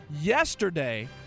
Yesterday